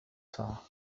ساعة